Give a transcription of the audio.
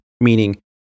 meaning